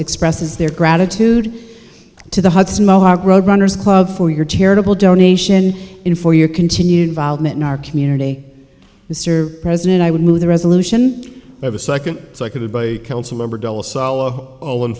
expresses their gratitude to the hudson mohawk road runners club for your charitable donation in for your continued involvement in our community mr president i would move the resolution of the second